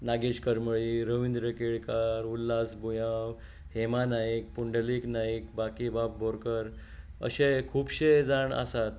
नागेश करमली रवीन्द्र केळेकार उल्हास बुयांव हेमा नायक पुडलीक नायक बाकीबाब बोरकार अशे खुबशे जाण आसात